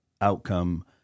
outcome